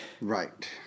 Right